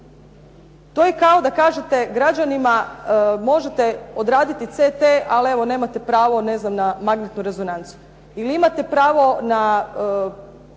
To je kao da kažete građanima možete odraditi CT ali evo nemate pravo ne znam na magnetnu rezonancu. Ili imate pravo na